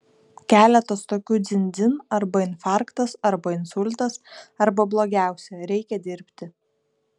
keletas tokių dzin dzin arba infarktas arba insultas arba blogiausia reikia dirbti